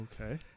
Okay